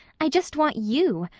i just want you.